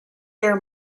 are